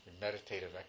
meditative